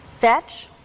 Fetch